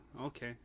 Okay